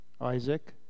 Isaac